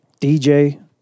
DJ